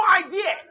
idea